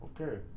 Okay